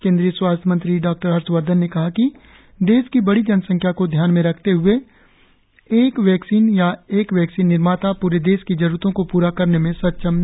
केंद्रीय स्वास्थ्य मंत्री हर्षवर्धन ने कहा कि देश की बड़ी जनसंख्या को ध्यान में रखते हए एक वैक्सीन या एक वैक्सीन निर्माता प्रे देश की ज़रूरतों को पुरा करने में सक्षम नहीं होगा